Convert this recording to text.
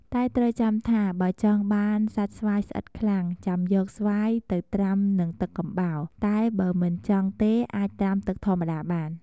តែត្រូវចាំថា បើចង់បានសាច់ស្វាយស្វិតខ្លាំងចាំយកស្វាយទៅត្រាំនឹងទឹកកំបោរ តែបើមិនចង់ទេអាចត្រាំទឹកធម្មតាបាន។